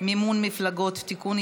מימון מפלגות (תיקון,